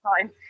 time